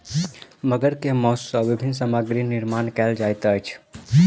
मगर के मौस सॅ विभिन्न सामग्री निर्माण कयल जाइत अछि